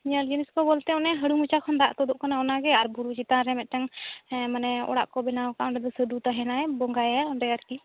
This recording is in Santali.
ᱧᱮᱞ ᱡᱤᱱᱤᱥ ᱠᱚ ᱵᱚᱞᱛᱮ ᱚᱱᱮ ᱦᱟᱹᱲᱩ ᱢᱚᱪᱟ ᱠᱷᱚᱱ ᱫᱟᱜ ᱛᱩᱫᱩᱜ ᱠᱟᱱᱟ ᱚᱱᱟ ᱜᱮ ᱟᱨ ᱵᱩᱨᱩ ᱪᱮᱛᱟᱱ ᱨᱮ ᱢᱤᱫᱴᱮᱱ ᱢᱟᱱᱮ ᱚᱲᱟᱜ ᱠᱚ ᱵᱮᱱᱟᱣ ᱟᱠᱟᱫᱟ ᱚᱸᱰᱮ ᱫᱚ ᱥᱟᱹᱫᱷᱩᱭ ᱛᱟᱦᱮᱸᱱᱟ ᱵᱚᱸᱜᱟᱭᱟᱭ ᱚᱸᱰᱮ ᱟᱨᱠᱤ